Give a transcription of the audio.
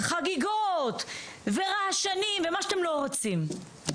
חגיגות ורעשנים ומה שאתם לא רוצים.